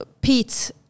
Pete –